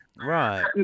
Right